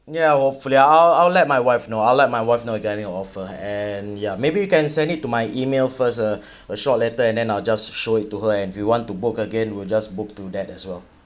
ya hopefully I'll~ I'll let my wife know I'll let my wife know regarding offer and ya maybe you can send it to my email first uh a short later and then I'll just show it to her and we want to book again we'll just book through that as well